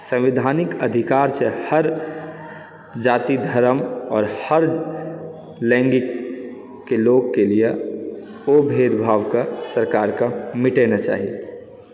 संवैधानिक अधिकार छै हर जाति धरम आओर हर लैङ्गिक लोगके लिए ओ भेदभावके सरकारकेँ मिटा देना चाही